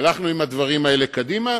והלכנו עם הדברים האלה קדימה.